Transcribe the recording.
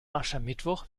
aschermittwoch